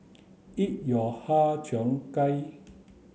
eat your Har Cheong Gai